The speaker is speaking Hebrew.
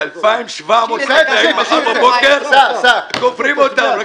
זה 2,700 חקלאים שמחר בבוקר קוברים אותם.